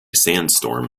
sandstorm